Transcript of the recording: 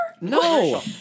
No